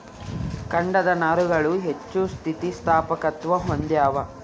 ಕಾಂಡದ ನಾರುಗಳು ಹೆಚ್ಚು ಸ್ಥಿತಿಸ್ಥಾಪಕತ್ವ ಹೊಂದ್ಯಾವ